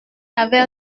avait